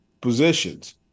positions